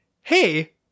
hey